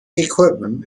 equipment